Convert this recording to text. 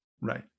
Right